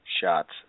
shots